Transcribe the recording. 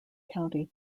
county